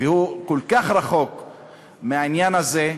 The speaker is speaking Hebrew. והוא כל כך רחוק מהעניין הזה,